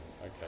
Okay